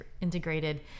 integrated